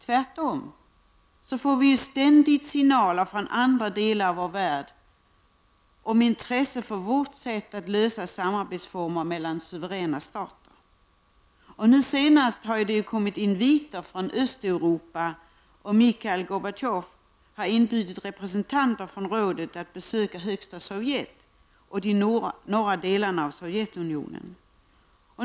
Tvärtom får vi ständigt signaler från andra delar av vår värld om intresse för vårt sätt att finna former för samarbete mellan suveräna stater. Nu senast har det kommit inviter från Östeuropa, och Michail Gorbatjov har inbjudit representanter för Nordiska rådet att besöka Högsta Sovjet och de norra delarna av Sovjetunionen.